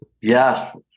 Yes